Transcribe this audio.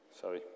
Sorry